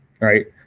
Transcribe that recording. right